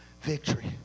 victory